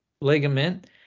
ligament